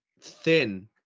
thin